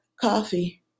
Coffee